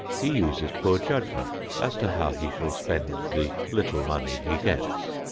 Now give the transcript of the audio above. he uses poor judgment as to how he shall spend the little money he gets.